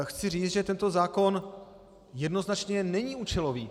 Chci říct, že tento zákon jednoznačně není účelový.